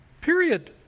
Period